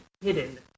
hidden